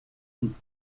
und